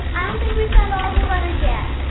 think we found all the letters yet?